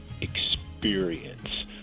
experience